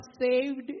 saved